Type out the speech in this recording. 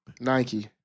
Nike